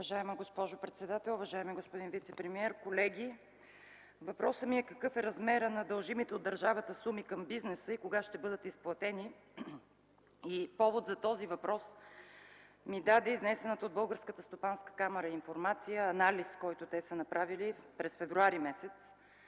Уважаема госпожо председател, колеги! Уважаеми господин вицепремиер, въпросът ми е: какъв е размерът на дължимите от държавата суми към бизнеса и кога ще бъдат изплатени? Повод за този въпрос ми даде изнесената от Българската стопанска камара информация – анализ, който те са направили през м. февруари.